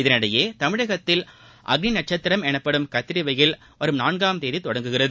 இதனிடையே தமிழகத்தில் அக்னி நட்சத்திரம் எனப்படும் கத்திரி வெயில் வருகிற நான்காம் தேதி தொடங்குகிறது